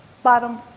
bottom